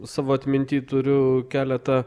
savo atminty turiu keletą